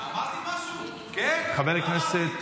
חבר הכנסת